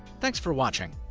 thanks for watching.